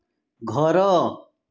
ଘର